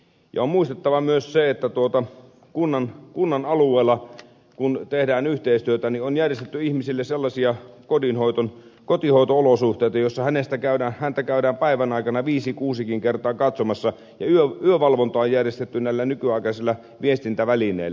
on muistettava myös se että kun kunnan alueella tehdään yhteistyötä niin on järjestetty ihmiselle sellaisia kotihoito olosuhteita joissa häntä käydään päivän aikana viisi kuusikin kertaa katsomassa ja yövalvonta on järjestetty näillä nykyaikaisilla viestintävälineillä